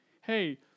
hey